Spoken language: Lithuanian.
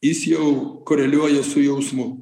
jis jau koreliuoja su jausmu